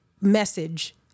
message